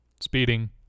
Speeding